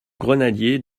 grenadiers